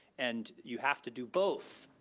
and you have to do both.